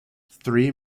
three